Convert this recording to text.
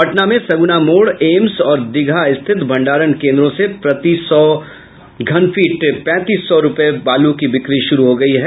पटना में सगुना मोड़ एम्स और दीघा स्थित भंडारण केंद्रों से पैंतीस सौ रूपये प्रति सौ घन फीट बालू की बिक्री शुरू हो गयी है